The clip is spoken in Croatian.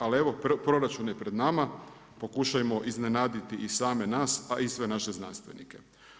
Ali evo proračun je pred nama, pokušajmo iznenaditi i same nas pa i sve naše znanstvenike.